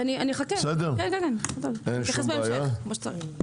אתייחס בהמשך.